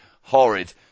Horrid